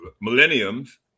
millenniums